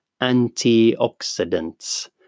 antioxidants